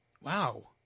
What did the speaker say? Wow